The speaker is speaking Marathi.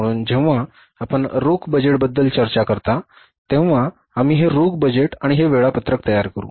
म्हणून जेव्हा आपण रोख बजेटबद्दल चर्चा करता तेव्हा आम्ही हे रोख बजेट आणि हे वेळापत्रक तयार करू